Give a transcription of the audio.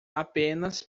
apenas